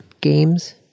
games